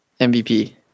mvp